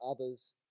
others